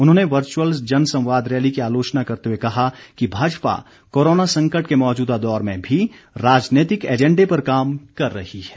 उन्होंने वर्चुअल जनसंवाद रैली की आलोचना करते हुए कहा कि भाजपा कोरोना संकट के मौजूदा दौर में भी राजनैतिक एजेंडे पर काम कर रही है